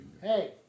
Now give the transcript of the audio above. Hey